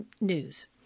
news